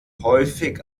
häufig